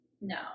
no